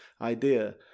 idea